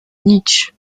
nietzsche